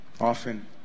often